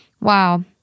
wow